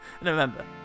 remember